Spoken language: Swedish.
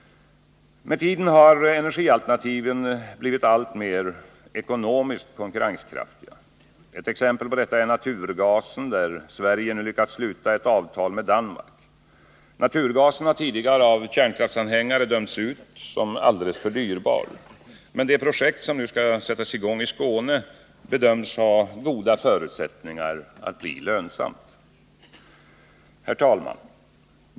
Med tiden har energialternativen blivit alltmer ekonomiskt konkurrenskraftiga. Ett exempel på detta är naturgasen, där Sverige nu lyckats sluta ett avtal med Danmark. Naturgasen har tidigare av kärnkraftsanhängare dömts ut som alldeles för dyrbar. Men det projekt som nu skall igångsättas i Skåne bedöms ha goda förutsättningar att bli lönsamt. Herr talman!